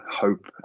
hope